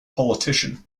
politician